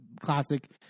classic